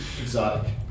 Exotic